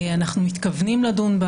אנחנו מתכוונים לדון בה